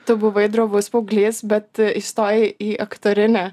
tu buvai drovus paauglys bet įstojai į aktorinį